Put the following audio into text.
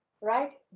right